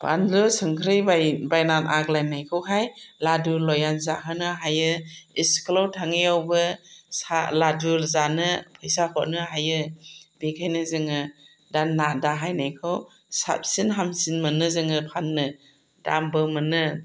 बानलु संख्रि बायना आग्लायनायखौहाय लादु लयेन जाहोनो हायो इस्कुलाव थाङियावबो साह लादु जानो फैसा हरनो हायो बेनिखायनो जोङो ना दाहायनायखौ साबसिन हामसिन मोनो जोङो फाननो दामबो मोनो